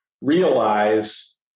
realize